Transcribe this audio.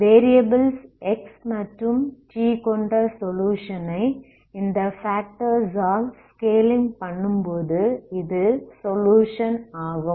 variables x மற்றும் t கொண்ட solution ஐ இந்த ஃபேக்டர்ஸ் ஆல் ஸ்கேலிங் பண்ணும்போது இது சொலுயுஷன் ஆகும்